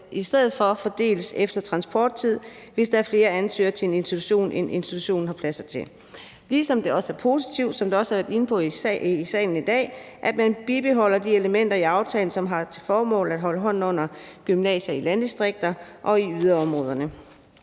i stedet fordeles efter transporttid, hvis der er flere ansøgere til en institution, end institutionen har pladser til, ligesom det også er positivt – sådan som nogle også har været inde på her i salen i dag – at man bibeholder de elementer i aftalen, som har til formål at holde hånden under gymnasierne i landdistrikterne og i yderområderne.